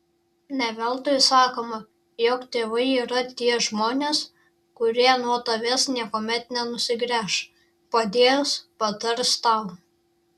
ne veltui sakoma jog tėvai yra tie žmonės kurie nuo tavęs niekuomet nenusigręš padės patars tau